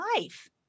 life